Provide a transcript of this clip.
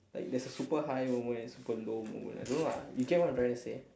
like there's a super high moment and super low moment I don't know lah you get what I'm trying to say